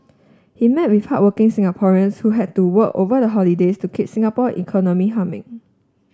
he met with hardworking Singaporeans who had to work over the holidays to keep Singapore economy humming